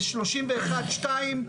ב-31(2)(ב),